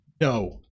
No